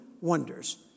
wonders